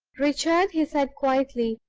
richard, he said, quietly,